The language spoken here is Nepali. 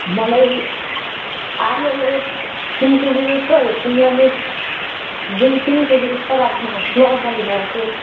मलाई आलु तिन केजी जस्तो सिमला मिर्च दुई तिन केजी जस्तो राख्दिनुहोस् ल म लिन आउँछु